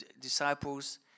disciples